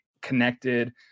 connected